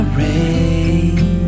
rain